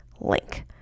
link